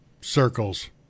circles